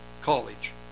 college